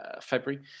February